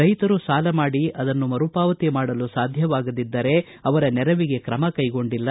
ರೈತರು ಸಾಲ ಮಾಡಿ ಅದನ್ನು ಮರು ಪಾವತಿ ಮಾಡಲು ಸಾಧ್ಯವಾಗದಿದ್ದರೆ ಅವರ ನೆರವಿಗೆ ಕ್ರಮ ಕೈಗೊಂಡಿಲ್ಲ